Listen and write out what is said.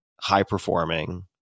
high-performing